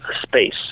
space